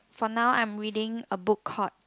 for now I'm reading a book called